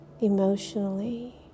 emotionally